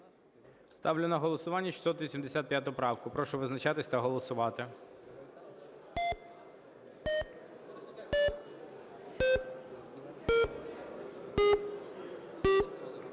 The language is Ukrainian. Ставлю на голосування 696 правку. Прошу визначатися та голосувати.